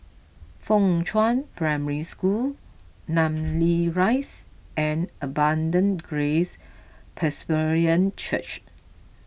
Fuchun Primary School Namly Rise and Abundant Grace Presbyterian Church